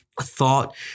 thought